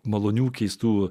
malonių keistų